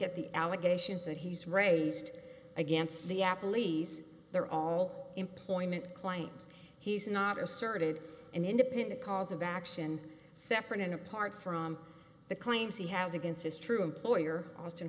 at the allegations that he's raised against the apple lease they're all employment claims he's not asserted an independent cause of action separate and apart from the claims he has against his true employer